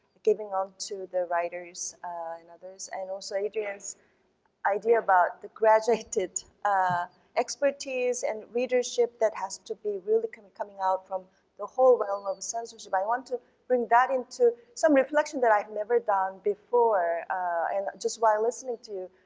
giving on to the writers and others and also adrian's idea about the graduated ah expertise and readership that has to be really kind of coming out from the whole realm of censorship. i want to bring that into some reflection that i've never done before and just while i'm listening to